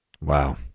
Wow